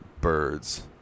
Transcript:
birds